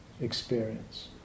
experience